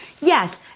Yes